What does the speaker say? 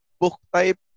book-type